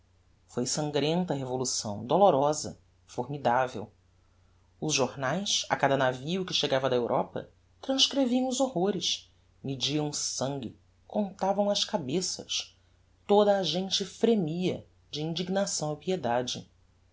foi sangrenta a revolução dolorosa formidavel os jornaes a cada navio que chegava da europa transcreviam os horrores mediam o sangue contavam as cabeças toda a gente fremia de indignação e piedade